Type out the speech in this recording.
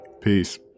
Peace